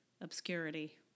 obscurity